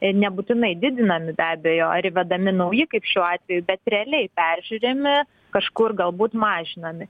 nebūtinai didinami be abejo ar įvedami nauji kaip šiuo atveju bet realiai peržiūrimi kažkur galbūt mažinami